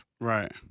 Right